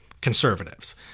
conservatives